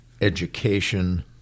education